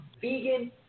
Vegan